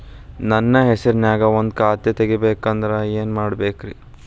ನನ್ನ ಹೆಸರನ್ಯಾಗ ಒಂದು ಖಾತೆ ತೆಗಿಬೇಕ ಅಂದ್ರ ಏನ್ ಮಾಡಬೇಕ್ರಿ?